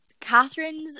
Catherine's